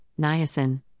niacin